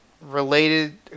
related